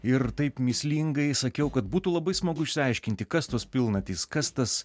ir taip mįslingai sakiau kad būtų labai smagu išsiaiškinti kas tos pilnatys kas tas